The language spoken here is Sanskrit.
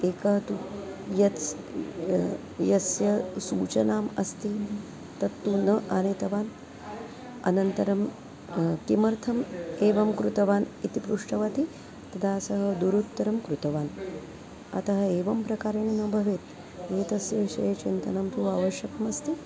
एका तु यत्स् यस्य सूचना अस्ति तत्तु न आनीतवान् अनन्तरं किमर्थम् एवं कृतवान् इति पृष्टवती तदा सः दुरुत्तरं कृतवान् अतः एवं प्रकारेण न भवेत् एतस्य विषये चिन्तनं तु आवश्यकमस्ति